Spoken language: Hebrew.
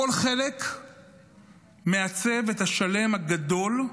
כל חלק מעצב את השלם הגדול,